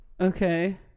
Okay